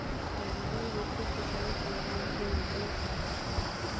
प्रधानमंत्री किसान सम्मान निधि योजना का होखेला?